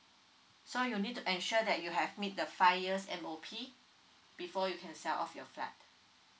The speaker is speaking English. so you need to ensure that you have meet the five years M_O_P before you can sell off your flat